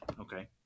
Okay